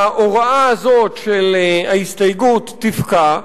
ההוראה הזאת של ההסתייגות תפקע,